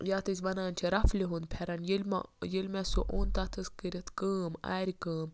یَتھ أسۍ وَنان چھِ رَفلہِ ہُنٛد پھٮ۪رَن ییٚلہِ مہ ییٚلہِ مےٚ سُہ اوٚن تَتھ حظ کٔرِتھ کٲم آرِ کٲم